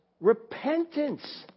repentance